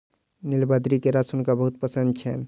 नीलबदरी के रस हुनका बहुत पसंद छैन